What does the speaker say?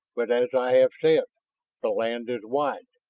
but as i have said the land is wide.